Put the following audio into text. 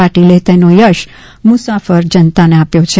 પાટીલે તેનો યશ મુસાફર જનતાને આપ્યો છે